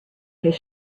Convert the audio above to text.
his